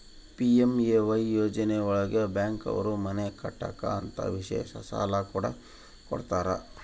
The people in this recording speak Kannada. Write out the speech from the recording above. ಪಿ.ಎಂ.ಎ.ವೈ ಯೋಜನೆ ಒಳಗ ಬ್ಯಾಂಕ್ ಅವ್ರು ಮನೆ ಕಟ್ಟಕ್ ಅಂತ ವಿಶೇಷ ಸಾಲ ಕೂಡ ಕೊಡ್ತಾರ